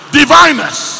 diviners